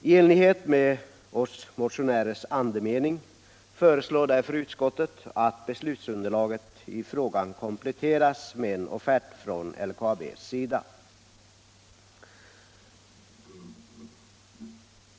I enlighet med motionernas andemening föreslår utskottet att beslutsunderlaget i frågan kompletteras med en offert från LKAB:s sida.